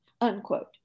unquote